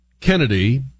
Kennedy